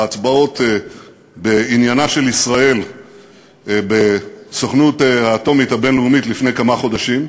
בהצבעות בעניינה של ישראל בסוכנות האטומית הבין-לאומית לפני כמה חודשים.